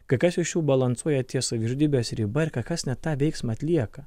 kai kas iš jų balansuoja ties savižudybės riba ir kai kas ne tą veiksmą atlieka